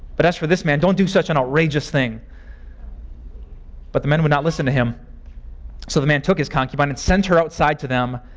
but as for this man, don't do such an outrageous thing but the men would not listen to him. so the man took his concubine and sent her outside to them,